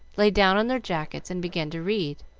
lay down on their jackets, and began to read.